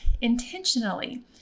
intentionally